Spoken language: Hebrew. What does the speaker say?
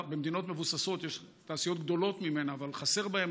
במדינות מבוססות יש תעשיות גדולות ממנה אבל חסר בהן